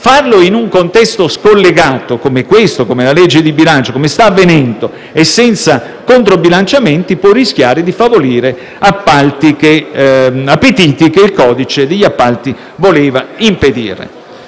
Farlo in un contesto scollegato come quello della legge di bilancio o come questo, come sta avvenendo, e senza controbilanciamenti può rischiare di favorire appetiti che il codice degli appalti voleva invece